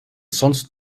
sonst